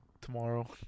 tomorrow